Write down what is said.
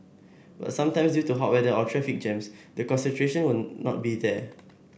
but sometimes due to hot weather or traffic jams the concentration will not be there